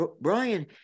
Brian